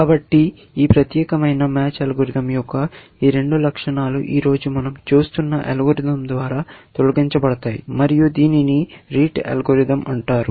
కాబట్టి ఈ ప్రత్యేకమైన మ్యాచ్ అల్గోరిథం యొక్క ఈ రెండు లక్షణాలు ఈ రోజు మనం చూస్తున్న అల్గోరిథం ద్వారా తొలగించబడతాయి మరియు దీనిని రీటే అల్గోరిథం అంటారు